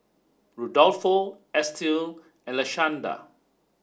Rudolfo Estill and Lashanda